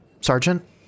sergeant